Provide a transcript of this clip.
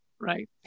right